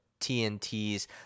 TNT's